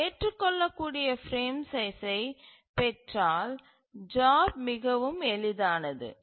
நாம் ஏற்றுக்கொள்ளக்கூடிய பிரேம் சைஸ்சை பெற்றால் ஜாப் மிகவும் எளிதானது